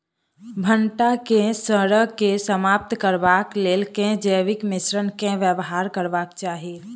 भंटा केँ सड़न केँ समाप्त करबाक लेल केँ जैविक मिश्रण केँ व्यवहार करबाक चाहि?